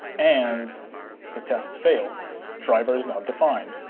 and the test failed driver is not defined.